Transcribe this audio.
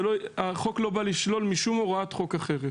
החוק לא בא לשלול משום הוראת חוק אחרת.